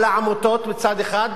על העמותות מצד אחד,